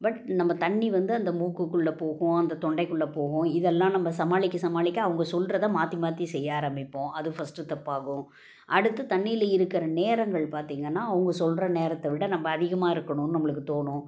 but நம்ம தண்ணி வந்து அந்த மூக்குக்குள்ளே போகும் அந்த தொண்டைக்குள்ளே போகும் இதெல்லாம் நம்ம சமாளிக்க சமாளிக்க அவங்க சொல்றதை மாற்றி மாற்றி செய்ய ஆரம்பிப்போம் அது ஃபஸ்ட்டு தப்பாகும் அடுத்து தண்ணியில் இருக்கிற நேரங்கள் பார்த்திங்கன்னா அவங்க சொல்கிற நேரத்தைவிட நம்ம அதிகமாக இருக்கணும்ன்னு நம்மளுக்கு தோணும்